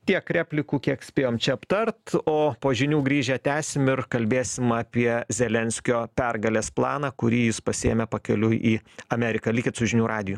tiek replikų kiek spėjom čia aptart o po žinių grįžę tęsim ir kalbėsim apie zelenskio pergalės planą kurį jis pasiėmė pakeliui į ameriką likit su žinių radiju